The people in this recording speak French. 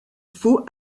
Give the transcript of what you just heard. faut